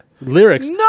Lyrics